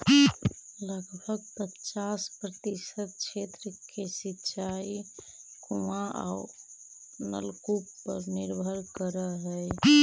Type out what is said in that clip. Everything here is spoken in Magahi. लगभग पचास प्रतिशत क्षेत्र के सिंचाई कुआँ औ नलकूप पर निर्भर करऽ हई